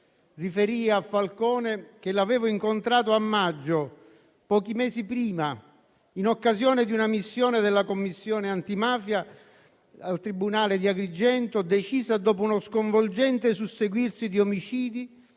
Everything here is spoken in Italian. Riferii a Falcone che lo avevo incontrato a maggio, pochi mesi prima, in occasione di una missione della Commissione antimafia al tribunale di Agrigento decisa dopo uno sconvolgente susseguirsi di omicidi